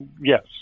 Yes